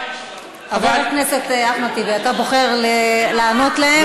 חבר הכנסת אחמד טיבי, אתה בוחר לענות להם?